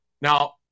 Now